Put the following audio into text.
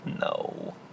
No